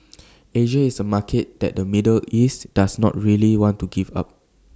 Asia is A market that the middle east does not really want to give up